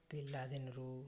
ପିଲାଦିନରୁ